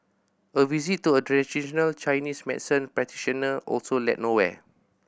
a visit to a traditional Chinese medicine practitioner also led nowhere